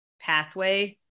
pathway